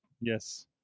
yes